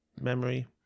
memory